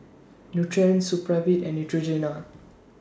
Nutren Supravit and Neutrogena